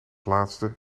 laatste